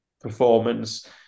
performance